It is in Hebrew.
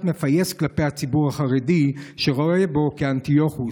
מפייס כלפי הציבור החרדי שרואה בו אנטיוכוס.